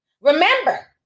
Remember